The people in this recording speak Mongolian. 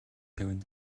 тавина